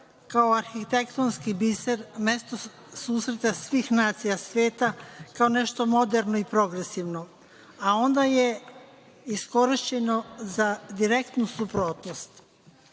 kao arhitektonski biser, mesto susreta svih nacija sveta, kao nešto moderno i progresivno, a onda je iskorišćeno za direktnu suprotnost. Danas